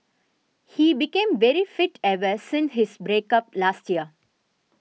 he became very fit ever since his break up last year